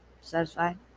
Satisfied